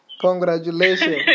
Congratulations